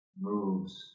moves